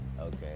Okay